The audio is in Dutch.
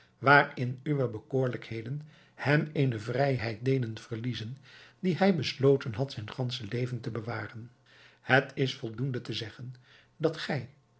waarin uwe bekoorlijkheden hem eene vrijheid deden verliezen die hij besloten had zijn gansche leven te bewaren het is voldoende te zeggen dat gij